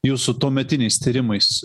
jūsų tuometiniais tyrimais